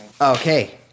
Okay